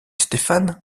stefan